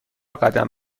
قدم